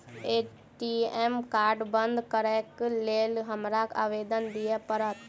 ATM card बंद करैक लेल हमरा आवेदन दिय पड़त?